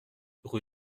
rue